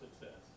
success